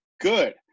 Good